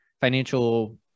financial